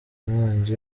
inkongi